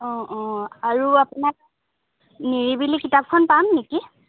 অ অ আৰু আপোনাক নিৰিবিলি কিতাপখন পাম নেকি